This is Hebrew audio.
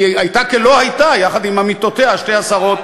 היא הייתה כלא-הייתה יחד עמיתותיה שתי השרות,